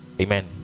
Amen